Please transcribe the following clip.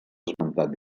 esmentat